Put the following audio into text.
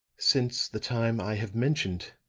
since the time i have mentioned.